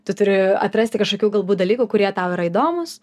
tu turi atrasti kažkokių galbūt dalykų kurie tau yra įdomūs